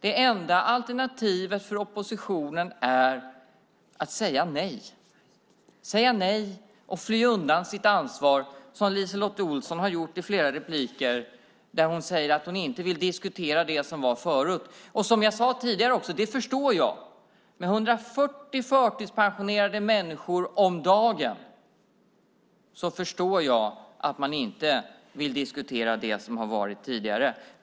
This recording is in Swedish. Det enda alternativet för oppositionen är att säga nej, att säga nej och fly undan sitt ansvar, som LiseLotte Olsson har gjort i flera inlägg där hon säger att hon inte vill diskutera det som var förut. Som jag sade tidigare förstår jag det. Med 140 förtidspensionerade människor om dagen förstår jag att hon inte vill diskutera det som har varit tidigare.